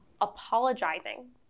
apologizing